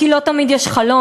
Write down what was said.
כי לא תמיד יש חלון,